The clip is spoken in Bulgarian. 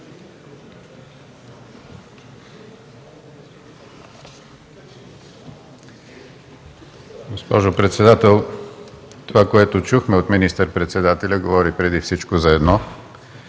Госпожо председател, това, което чухме от министър-председателя, говори преди всичко за едно